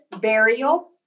burial